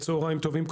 צוהריים טובים.